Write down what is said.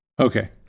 Okay